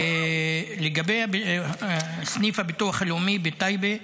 לגבי סניף הביטוח הלאומי בטייבה,